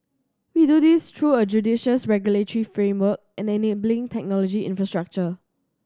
we do this through a judicious regulatory framework and enabling technology infrastructure